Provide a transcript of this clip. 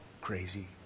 crazy